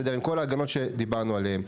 עם כל ההגנות שדיברנו עליהן,